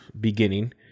beginning